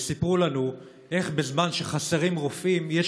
וסיפרו לנו איך בזמן שחסרים רופאים יש